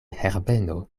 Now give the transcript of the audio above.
herbeno